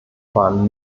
waren